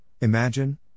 imagine